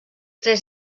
tres